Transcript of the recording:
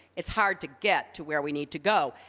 it's hard to get to where we need to go.